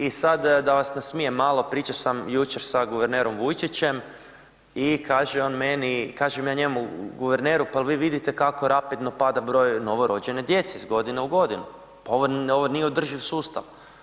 I sad da vas nasmijem malo, pričao sam jučer sa guvernerom Vujčićem i kaže on meni, kažem ja njemu guverneru pa jel vi vidite kako rapidno pada broj novorođene djece iz godine u godinu, pa ovo nije održiv sustav.